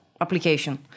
application